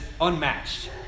unmatched